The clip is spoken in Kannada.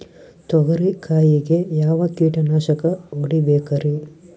ತೊಗರಿ ಕಾಯಿಗೆ ಯಾವ ಕೀಟನಾಶಕ ಹೊಡಿಬೇಕರಿ?